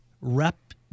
Rep